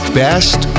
best